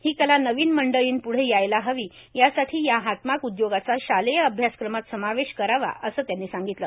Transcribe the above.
ही कला नविन मंडळींपूढे यायला हवी यासाठी या हातमाग उद्योगाचा शालेय अभ्यासक्रमात समावेश करावा असं त्यांनी सांगितलं